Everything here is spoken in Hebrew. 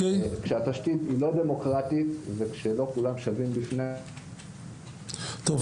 כשהתשתית היא לא דמוקרטית ושלא כולם שווה בפני --- (נתק בזום).